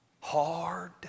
hard